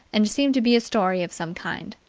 and seemed to be a story of some kind.